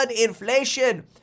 inflation